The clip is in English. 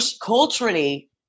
culturally